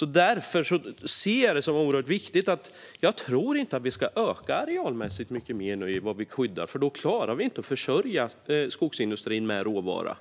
Jag ser det som oerhört viktigt. Jag tror inte att vi ska öka arealmässigt så mycket mer för det vi skyddar. Då klarar vi inte att försörja skogsindustrin med råvara.